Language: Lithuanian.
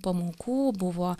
pamokų buvo